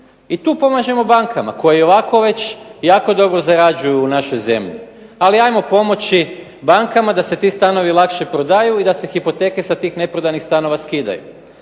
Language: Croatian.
I tu pomažemo bankama koje i ovako već jako dobro zarađuju u našoj zemlji. Ali hajmo pomoći bankama da se ti stanovi lakše prodaju i da se hipoteke sa tih neprodanih stanova skidaju.